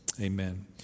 Amen